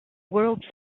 world